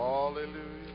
Hallelujah